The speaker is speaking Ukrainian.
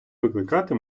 викликати